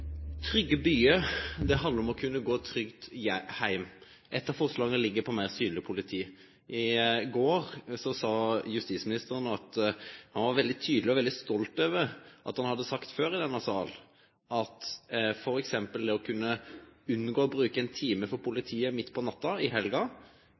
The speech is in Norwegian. trygge byer handler om å kunne gå trygt hjem. Ett av forslagene går på mer synlig politi. I går sa justisministeren veldig tydelig at han var veldig stolt over hva han hadde sagt før i denne sal, at politiet istedenfor å bruke én time